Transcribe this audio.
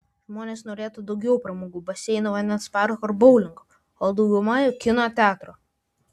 žmonės norėtų daugiau pramogų baseino vandens parko ar boulingo o dauguma jų kino teatro